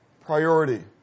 priority